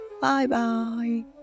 Bye-bye